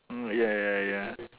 mm ya ya ya ya ya